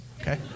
okay